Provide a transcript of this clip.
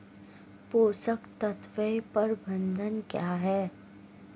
पोषक तत्व प्रबंधन क्या है?